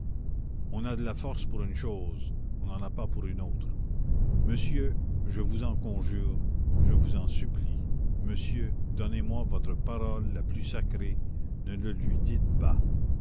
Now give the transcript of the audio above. on a de la force pour une chose on n'en a pas pour une autre monsieur je vous en conjure je vous en supplie monsieur donnez-moi votre parole la plus sacrée ne le lui dites pas